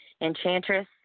Enchantress